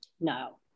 No